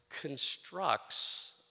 constructs